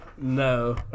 No